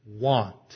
want